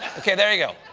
okay there, you go.